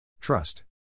Trust